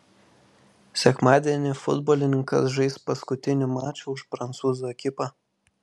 sekmadienį futbolininkas žais paskutinį mačą už prancūzų ekipą